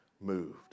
moved